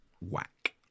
whack